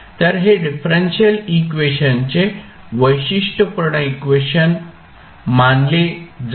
तर हे डिफरेंशियल इक्वेशनचे वैशिष्ट्यपूर्ण इक्वेशन मानले जाईल